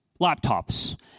laptops